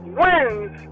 wins